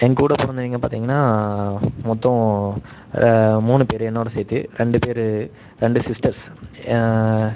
எங்கூட பிறந்தவிங்க பார்த்திங்கன்னா மொத்தம் மூணு பேர் என்னோட சேர்த்து ரெண்டு பேர் ரெண்டு சிஸ்டர்ஸ்